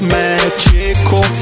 magical